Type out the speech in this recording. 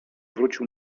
wrócił